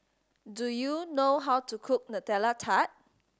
do you know how to cook Nutella Tart